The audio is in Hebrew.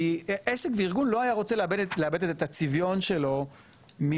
כי עסק וארגון לא היה רוצה לאבד את הצביון שלו מפאת